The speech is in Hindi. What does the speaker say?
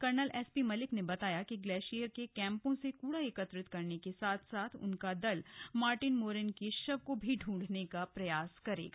कर्नल एसपी मलिक ने बताया कि ग्लेशियर के कैंपों से कूड़ा एकत्रित करने के साथ साथ उनका दल मार्टिन मोरेन के शव को भी ढूंढने का प्रयास करेगा